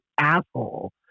asshole